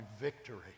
victory